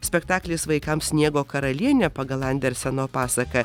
spektaklis vaikams sniego karalienė pagal anderseno pasaką